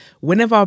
whenever